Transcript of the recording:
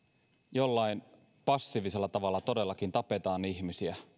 jollain passiivisella tavalla todellakin tapetaan ihmisiä